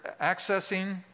accessing